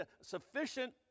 sufficient